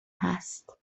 هست